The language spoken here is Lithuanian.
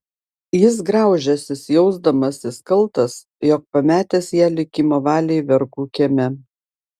jis graužęsis jausdamasis kaltas jog pametęs ją likimo valiai vergų kieme